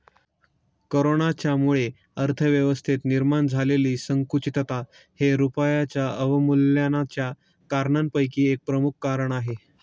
कोरोनाच्यामुळे अर्थव्यवस्थेत निर्माण झालेली संकुचितता हे रुपयाच्या अवमूल्यनाच्या कारणांपैकी एक प्रमुख कारण आहे